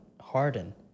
Harden